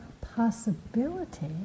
possibility